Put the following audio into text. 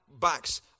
backs